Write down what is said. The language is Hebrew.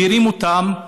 מדירים אותם,